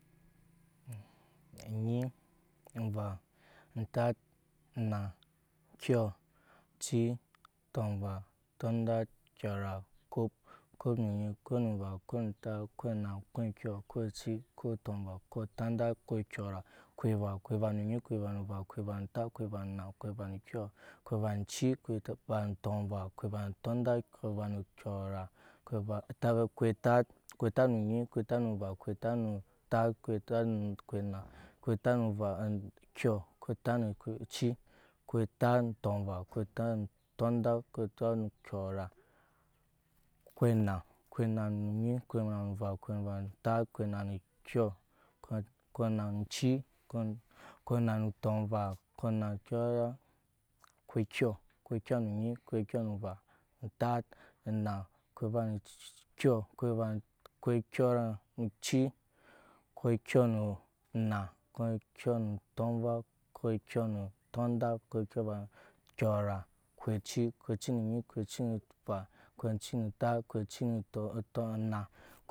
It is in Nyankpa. Enyi enva entat enna enyɔ enci tɔmva tundat, kyɔra okop okop na onyi okop ne enva okop ne entat okop ne enna okop ne ekyɔ okop ne onci okop ne tɔmuva okop ne tundat okop ne kƴra okop eva okop eva nu onyi okop eva nu ova okop eva nu ontat okop eva nu enna okop eva nu okyɔ okop eva nu onci okop eva nu tɔmva okop eva nu tundat okop eva nu kyɔra okop otat okop etat nu onyi okop etat nu enva okop etat nu etat okop etat nu enna okop etat nu kyɔ okop etat nu onci okop etat nu tɔmvci okop etat nu tundat okop etat nu kyɔra ekop enna okop enna nu onyi okop enna nu enva okop enna nu entat okop enna nu ena okop enna nu kyɔ okop enna nu onci okop enna nu tɔmva okop enna nu tundat okop enna nu kyɔra okop ekyɔ okop ekyo nu onyi okop ekyo nu enva okop ekyo nu entat okop ekyo nu enna okop ekyo nu enyɔ okop ekyo nu enci okop ekyo nu tɔmva okop ekyo nu tundat, okop ekyo nu kyɔra okop oci okop oci nu enyi okop oci nu enva okop oci nu entat okop oci nu enna.